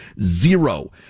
Zero